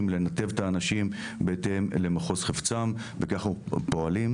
לנתב את האנשים בהתאם למחוז חפצם וכך אנחנו פועלים.